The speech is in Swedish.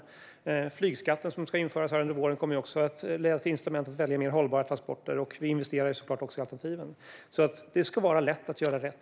Den flygskatt som ska införas under våren kommer att leda till incitament för att välja mer hållbara transporter, och vi investerar såklart också i alternativen. Det ska vara lätt att göra rätt.